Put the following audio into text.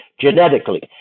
genetically